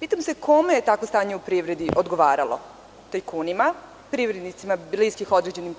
Pitam se kome je takvo stanje u privredi odgovaralo, tajkunima, privrednicima bliskih određenim